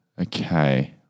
Okay